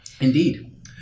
Indeed